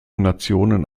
nationen